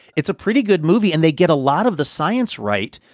it's a pretty good movie. and they get a lot of the science right.